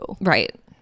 Right